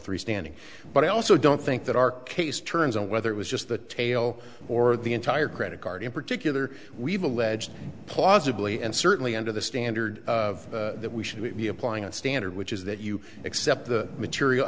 three standing but i also don't think that our case turns on whether it was just the tail or the entire credit card in particular we've alleged plaza bully and certainly under the standard of that we should be applying a standard which is that you accept the material